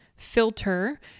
filter